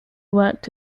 worked